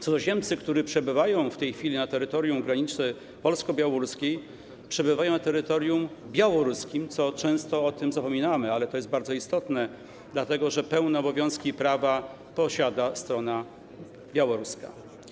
Cudzoziemcy, którzy przebywają w tej chwili na terytorium granicy polsko-białoruskiej, przebywają na terytorium białoruskim, o czym często zapominamy, ale to jest bardzo istotne, dlatego że pełne obowiązki i prawa ma strona białoruska.